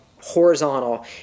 horizontal